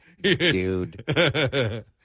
Dude